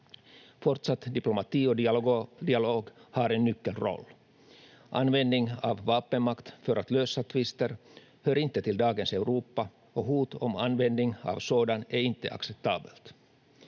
Fortsatt diplomati och dialog har en nyckelroll. Användning av vapenmakt för att lösa tvister hör inte till dagens Europa, och hot om användning av sådan är inte acceptabelt.